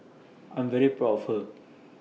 I'm very proud of her